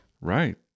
Right